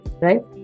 right